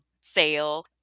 sale